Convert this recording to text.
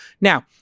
Now